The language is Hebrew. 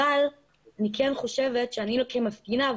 אבל אני כן חושבת שאני כמפגינה,